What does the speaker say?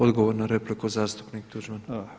Odgovor na repliku zastupnik Tuđman.